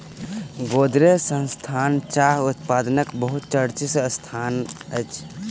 गोदरेज संस्थान चाह उत्पादनक बहुत चर्चित संस्थान अछि